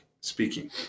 speaking